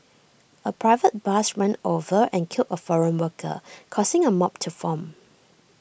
A private bus ran over and killed A foreign worker causing A mob to form